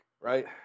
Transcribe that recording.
Right